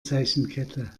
zeichenkette